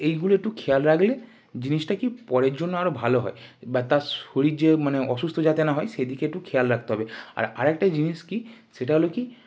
এইগুলো একটু খেয়াল রাখলে জিনিসটা কি পরের জন্য আরো ভালো হয় বা তার শরীর যে মানে অসুস্থ যাতে না হয় সেদিকে একটু খেয়াল রাখতে হবে আর আরেকটা জিনিস কি সেটা হল কি